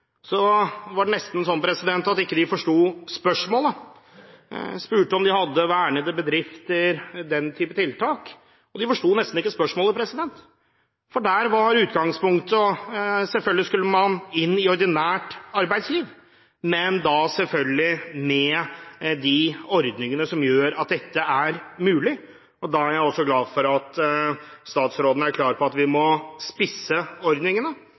Det var nesten sånn at de ikke forsto spørsmålet. Vi spurte om de hadde vernede bedrifter – den type tiltak – og de forsto nesten ikke spørsmålet. Der er utgangspunktet at selvfølgelig skal man inn i ordinært arbeidsliv, men da med de ordningene som gjør at det er mulig. Jeg er glad for at statsråden er klar på at vi må spisse ordningene,